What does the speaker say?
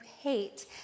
hate